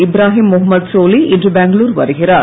இப்ராஹிம் முகம்மது சோலி இன்று பெங்களுர் வருகிறார்